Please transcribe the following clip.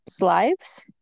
lives